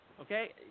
Okay